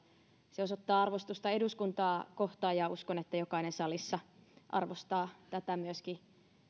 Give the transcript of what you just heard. se osoittaa arvostusta eduskuntaa kohtaan ja uskon että jokainen salissa arvostaa tätä myöskin